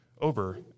over